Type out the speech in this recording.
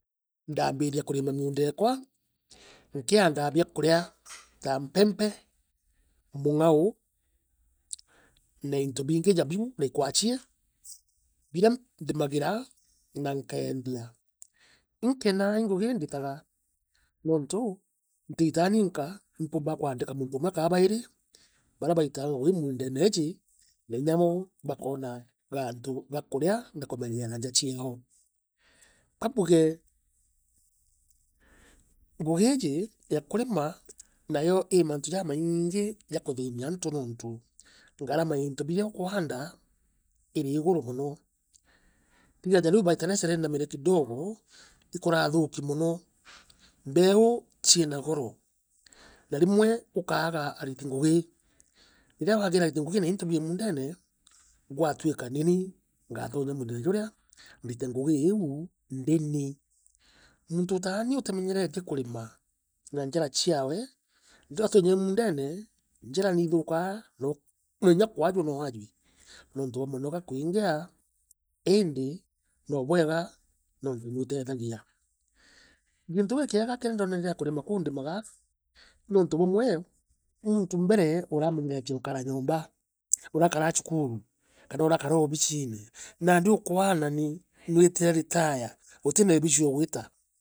Ndaambiria kurima miunda eekwa nkiaedaa biakuria ja mpeempe mung’ao na into biingi ja biu na ikwachieb bira ndimagira na nkeedia inkenaa i ngugi ii ndituga nuntu ntifaa ninka, impembaa kuandika muntu umwe ka bairi bariu baitaa ngugi miundene iiji na inya bo bakoona gatu ga kurea na kumenyeera nja ciao ka mbuge ngugi iiji ya kurima nayo ii mantu jamaingi ja kuthiinia antu nontu ngarama ya into biria ukuaanda iri igur mono. Iiga ja riu ikurathuuki mono. Mbeu cina goro na rimwe ukaaga arite ngugi riria waajirie ariti ngugi na into bie muundene gwatuika nini ngaatonya mundene jurea mbite ngugi iiu ndi rii. Muntu ta ni utimenyeretie kurima na njau ciawe ndatonya muundene njara nithukaa na kinya kwajua no waaja nontu bwa munoga kwngea iindi no bwaega nontu nwitethagia. Giintu giikiega kiria ndooneree kurina kuu ndimaga nuntu bumwe muntu mbeu uramonyeosetie ukara nyomba urakaraa cukuru kana urakaraa obisine ukuaana ni nwitire ritoya utina obisi o gwita.